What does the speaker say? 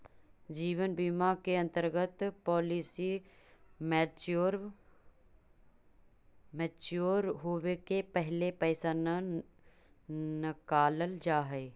जीवन बीमा के अंतर्गत पॉलिसी मैच्योर होवे के पहिले पैसा न नकालल जाऽ हई